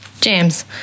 James